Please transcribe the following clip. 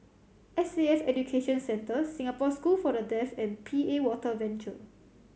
S A F Education Centre Singapore School for The Deaf and P A Water Venture